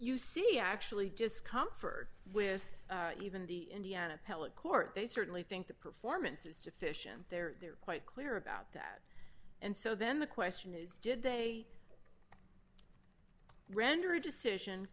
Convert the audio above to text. you see actually discomfort with even the indiana public court they certainly think the performance is deficient there they're quite clear about that and so then the question is did they render a decision